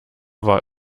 war